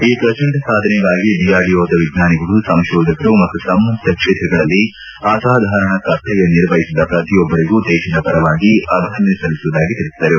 ಈ ಪ್ರಚಂಡ ಸಾಧನೆಗಾಗಿ ಡಿಆರ್ಡಿಒದ ವಿಜ್ಞಾನಿಗಳು ಸಂಶೋಧಕರು ಮತ್ತು ಸಂಬಂಧಿತ ಕ್ಷೇತ್ರಗಳಲ್ಲಿ ಅಸಾಧಾರಣ ಕರ್ತವ್ಯ ನಿರ್ವಹಿಸಿದ ಪ್ರತಿಯೊಬ್ಬರಿಗೂ ದೇಶದ ಪರವಾಗಿ ಅಭಿನಂದನೆ ಸಲ್ಲಿಸುವುದಾಗಿ ತಿಳಿಸಿದರು